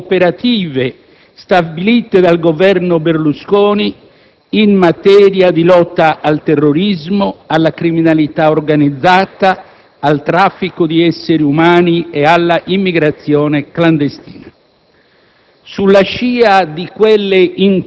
e le successive intese operative stabilite dal Governo Berlusconi in materia di lotta al terrorismo, alla criminalità organizzata, al traffico di esseri umani e all'immigrazione clandestina.